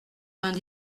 vingt